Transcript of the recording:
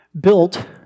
built